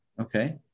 Okay